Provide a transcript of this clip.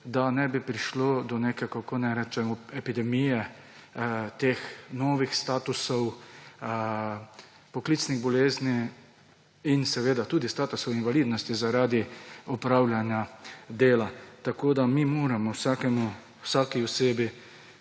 da ne bi prišlo do neke – kako naj rečem? – epidemije novih statusov poklicnih bolezni in seveda tudi statusov invalidnosti zaradi opravljanja dela. Mi moramo vsaki osebi, ki